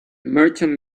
merchant